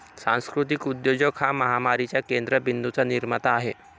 सांस्कृतिक उद्योजक हा महामारीच्या केंद्र बिंदूंचा निर्माता आहे